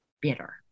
bitter